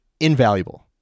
Invaluable